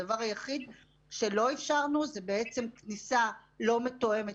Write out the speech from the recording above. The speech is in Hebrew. הדבר היחיד שלא אפשרנו זה בעצם כניסה לא מתואמת